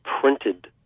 printed